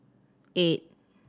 eight